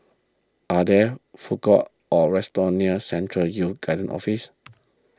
are there food courts or restaurants near Central Youth Guidance Office